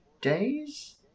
days